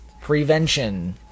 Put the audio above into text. prevention